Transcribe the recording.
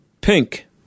pink